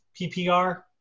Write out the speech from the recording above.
PPR